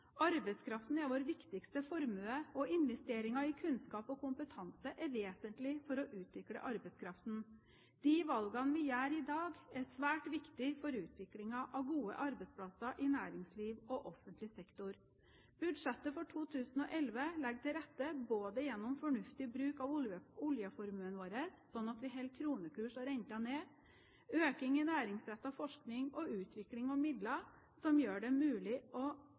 Arbeidskraften er vår viktigste formue, og investeringer i kunnskap og kompetanse er vesentlig for å utvikle arbeidskraften. De valgene vi gjør i dag, er svært viktig for utviklingen av gode arbeidsplasser i næringsliv og offentlig sektor. Budsjettet for 2011 legger til rette gjennom fornuftig bruk av oljeformuen vår, slik at vi holder kronekurs og renter nede, får økning i næringsrettet forskning og utvikling og midler som gjør det mulig å